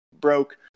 broke